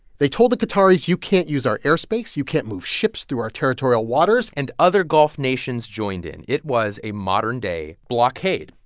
they told the qataris, you can't use our airspace you can't move ships ships through our territorial waters and other gulf nations joined in. it was a modern-day blockade.